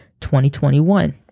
2021